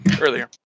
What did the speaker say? Earlier